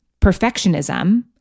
perfectionism